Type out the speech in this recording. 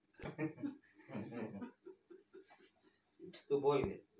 KYC కోసం ఏయే కాగితాలు ఇవ్వాలి?